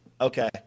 okay